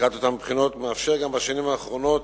לקראת אותן בחינות, ומאפשר גם בשנים האחרונות